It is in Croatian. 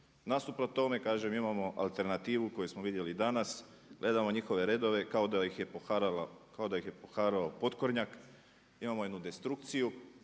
Nasuprot tome imamo alternativu koju smo imali danas, gledamo njihove redove kao da ih je poharao potkornjak, imamo jednu destrukciju